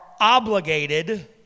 obligated